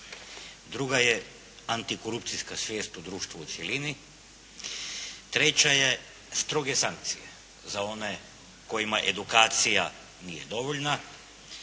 Druga je antikorupcijska svijest u društvu u cjelini. Treća je stroge sankcije za one kojima edukacija nije dovoljna